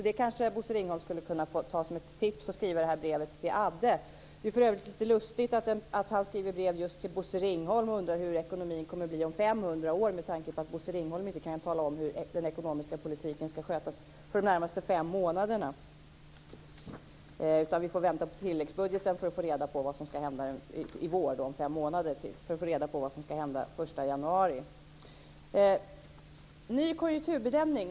Det kanske Bosse Ringholm skulle kunna ta som ett tips att skriva i det här brevet till Adde. Det är för övrigt lite lustigt att han skriver brev just till just Bosse Ringholm och undrar hur ekonomin kommer att bli om 500 år med tanke på att Bosse Ringholm inte kan tala om hur den ekonomiska politiken ska skötas de närmaste fem månaderna. Vi får vänta på tilläggsbudgeten för att få reda på vad som ska hända till i vår, om fem månader, alltså vad som ska hända den första januari. En ny konjunkturbedömning?